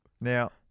Now